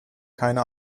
keine